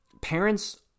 parents